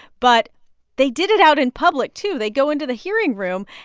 but they did it out in public, too. they go into the hearing room,